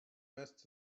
best